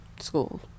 school